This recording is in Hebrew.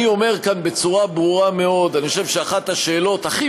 ואני אומר כאן בצורה ברורה מאוד: אני חושב שאחת השאלות הכי